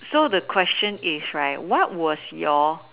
so the question is right what was your